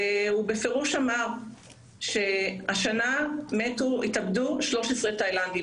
הוא בפירוש אמר שהשנה התאבדו 13 תאילנדים,